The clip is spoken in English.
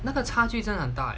那个差距真的很大